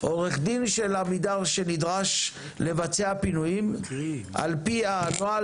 עו"ד של עמידר שנדרש לבצע פינויים על פי הנוהל